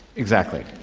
exactly,